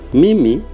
mimi